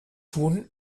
tun